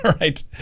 right